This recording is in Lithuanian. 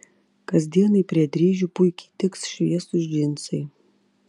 kasdienai prie dryžių puikiai tiks šviesūs džinsai